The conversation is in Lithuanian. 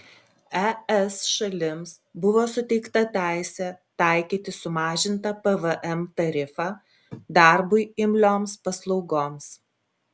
es šalims buvo suteikta teisė taikyti sumažintą pvm tarifą darbui imlioms paslaugoms